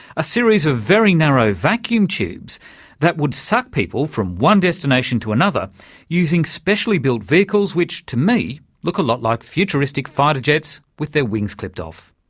a series of very narrow vacuum tubes that would suck people from one destination to another using specially built vehicles which, to me, look a lot like futuristic fighter jets with their wings clipped off.